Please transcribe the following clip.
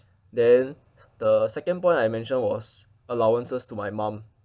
then the second point I mentioned was allowances to my mum